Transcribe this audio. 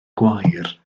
gwair